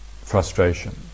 frustration